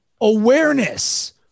awareness